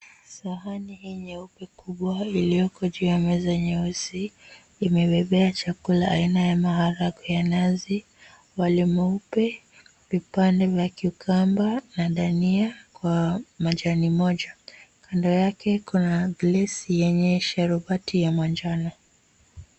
Sahani hii nyeupe kubwa iliyoko juu ya meza nyeusi imebebea chakula aina ya maharagwe ya nazi, wali mweupe, vipande vya cucumber na dania kwa majani moja. Kando yake kuna glesi yenye sharubati ya manjano.